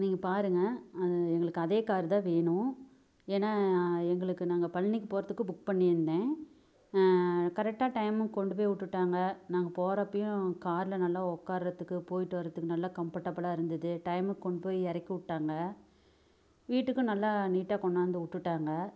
நீங்கள் பாருங்கள் அது எங்களுக்கு அதே கார் தான் வேணும் ஏன்னா எங்களுக்கு நாங்கள் பழனிக்கு போகிறத்துக்கு புக் பண்ணியிருந்தேன் கரெக்ட்டாக டைமுக்கு கொண்டு போய் விட்டுட்டாங்க நாங்கள் போகிறப்பையும் காரில் நல்லா உட்காரத்துக்கு போய்ட்டு வரத்துக்கு நல்லா கம்ஃபர்ட்டபிளாக இருந்தது டைமுக்கு கொண்டு போய் இறக்கி விட்டாங்க வீட்டுக்கும் நல்லா நீட்டாக கொண்டாந்து விட்டுட்டாங்க